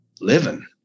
living